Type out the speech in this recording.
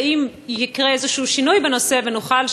האם יקרה שינוי כלשהו בנושא ונוכל,